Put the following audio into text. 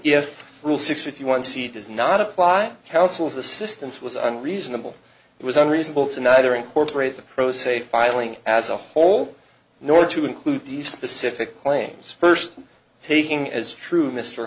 you once he does not apply counsel's assistance was unreasonable it was unreasonable to neither incorporate the pro se filing as a whole nor to include these specific claims first taking as true mr